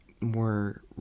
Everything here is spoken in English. more